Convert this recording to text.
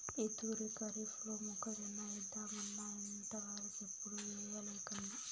ఈ తూరి కరీఫ్లో మొక్కజొన్న ఏద్దామన్నా ఇంతవరకెప్పుడూ ఎయ్యలేకదా